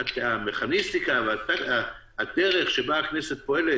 המכניסטיקה והדרך שבה הכנסת פועלת,